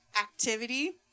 activity